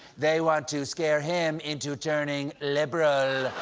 they want to scare him into turning liberal!